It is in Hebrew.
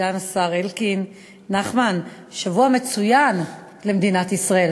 סגן השר אלקין, נחמן, שבוע מצוין למדינת ישראל.